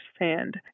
understand